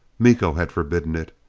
miko had forbidden it.